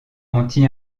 anti